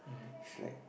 it's like